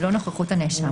בלא נוכחות הנאשם,